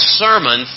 sermon